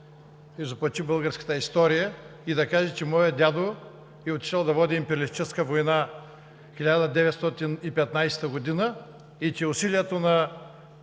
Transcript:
изопачи българската история и да каже, че моят дядо е отишъл да води империалистическа война в 1915 г. и че усилието на